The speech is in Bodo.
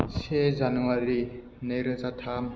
से जानुवारि नैरोजा थाम